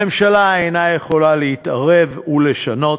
הממשלה אינה יכולה להתערב ולשנות.